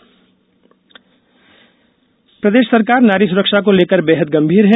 अच्छी खबर प्रदेश सरकार नारी सुरक्षा को लेकर बेहद गंभीर है